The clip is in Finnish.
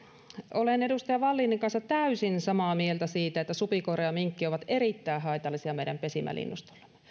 olen edustaja wallinin kanssa täysin samaa mieltä siitä että supikoira ja minkki ovat erittäin haitallisia meidän pesimälinnustollemme